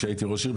כשהייתי ראש עיר,